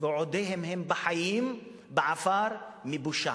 בעפר בעודן בחיים מבושה,